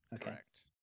correct